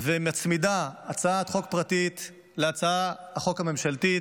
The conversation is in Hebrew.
ומצמידה הצעת חוק פרטית להצעת החוק הממשלתית.